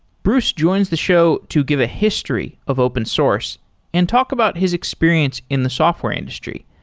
bruce joins the show to give a history of open source and talk about his experience in the software industry,